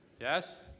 Yes